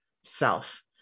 self